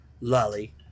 Lolly